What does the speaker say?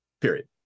period